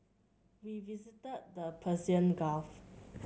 we visited the Persian Gulf